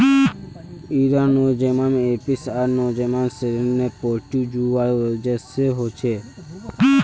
इरा Nosema apis आर Nosema ceranae protozoa वजह से होछे